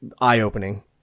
eye-opening